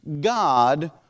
God